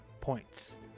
points